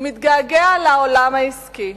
והוא מתגעגע לעולם העסקי,